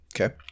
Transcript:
Okay